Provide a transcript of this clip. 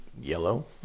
Yellow